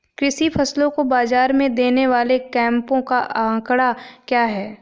कृषि फसलों को बाज़ार में देने वाले कैंपों का आंकड़ा क्या है?